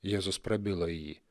jėzus prabilo į jį